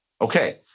Okay